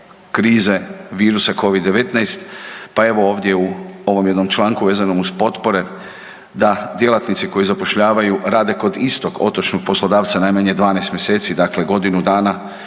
krize virusa Covid-19, pa evo ovdje u ovom jednom članku vezanom uz potpore da djelatnici koji zapošljavaju rade kod istog otočnog poslodavca najmanje 12 mjeseci, dakle godinu dana,